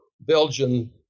Belgian